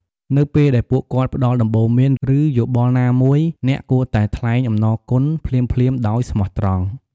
នៅពេលដែលពួកគាត់ផ្ដល់ដំបូន្មាន ឬយោបល់ណាមួយ អ្នកគួរតែថ្លែងអំណរគុណភ្លាមៗដោយស្មោះត្រង់។